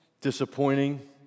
disappointing